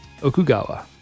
Okugawa